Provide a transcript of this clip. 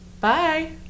Bye